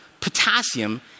potassium